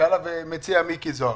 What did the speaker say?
שאותו מציע מיקי זוהר.